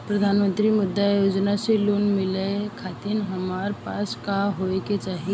प्रधानमंत्री मुद्रा योजना से लोन मिलोए खातिर हमरा पास का होए के चाही?